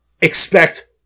expect